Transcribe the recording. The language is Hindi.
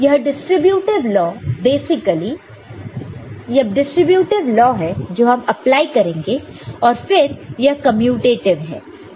यह डिस्ट्रीब्यूटीव लॉ है जो हम अप्लाई करेंगे और फिर यह कमयुटेटिव है